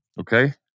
Okay